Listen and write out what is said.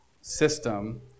system